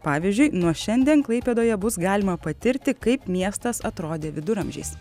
pavyzdžiui nuo šiandien klaipėdoje bus galima patirti kaip miestas atrodė viduramžiais